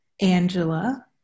Angela